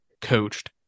coached